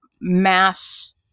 mass